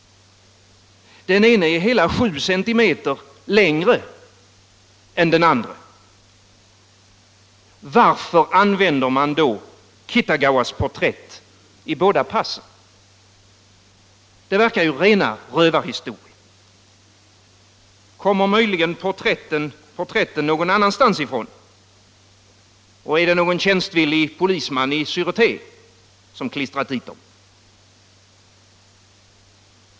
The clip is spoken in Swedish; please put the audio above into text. Den ene är hela 7 cm längre än den andre. Varför använder man då Kitagawas porträtt i båda passen? Det verkar ju rena rövarhistorien. Kommer möjligen porträtten någon annanstans ifrån, och är det någon tjänstvillig polisman i Sureté som klistrat dit dem?